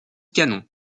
canons